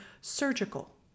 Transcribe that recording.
surgical